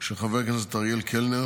של חבר הכנסת אריאל קלנר,